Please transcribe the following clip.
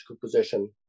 position